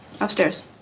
Upstairs